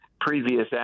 previous